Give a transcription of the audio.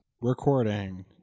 Recording